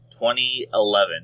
2011